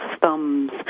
thumbs